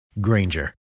Granger